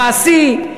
מעשי,